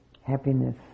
happiness